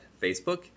Facebook